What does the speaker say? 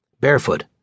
barefoot